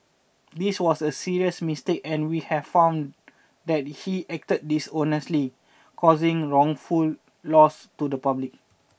this was a serious mistake and we have found that he acted dishonestly causing wrongful loss to the public